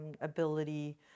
ability